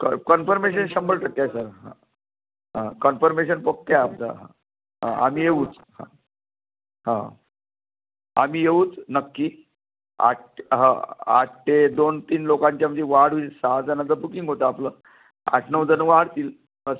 क कन्फर्मेशन शंभर टक्के आहे सर हां हां कन्फर्मेशन ओक्के आहे आमचं हां आम्ही येऊच हा हो आम्ही येऊच नक्की आठ आठ ते दोन तीन लोकांच्या म्हणजे वाढ होईल सहा जणांचं बुकिंग होतं आपलं आठ नऊ जण वाढतील असं